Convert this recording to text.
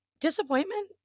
Disappointment